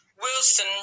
Wilson